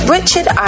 Richard